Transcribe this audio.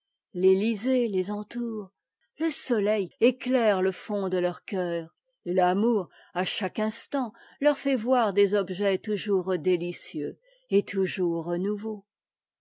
eux fétysée les entoure le soleil éclaire le fond de leur coeur et l'amour à cha que instant leur fait voir des objets toujours délicieux et toujours nouveaux